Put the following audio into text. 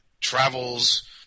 travels